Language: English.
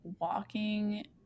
walking